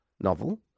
Novel